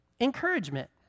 Encouragement